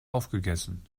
aufgegessen